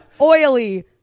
oily